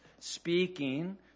speaking